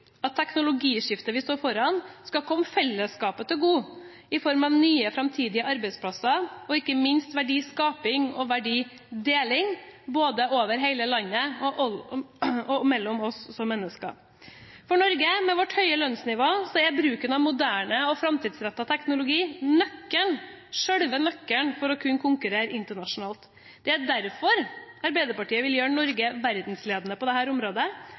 at teknologiskiftet vi står foran, skal komme fellesskapet til gode i form av nye framtidige arbeidsplasser og ikke minst verdiskaping og verdideling, både over hele landet og mellom oss som mennesker. For Norge, med vårt høye lønnsnivå, er bruken av moderne og framtidsrettet teknologi selve nøkkelen til å kunne konkurrere internasjonalt. Det er derfor Arbeiderpartiet vil gjøre Norge verdensledende på dette området. Det